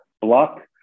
block